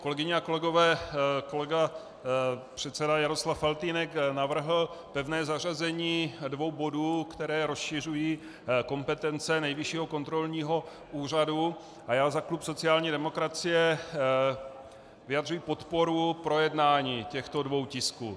Kolegyně a kolegové, kolega předseda Jaroslav Faltýnek navrhl pevné zařazení dvou bodů, které rozšiřují kompetence Nejvyššího kontrolního úřadu, a já za klub sociální demokracie vyjadřuji podporu pro jednání těchto dvou tisků.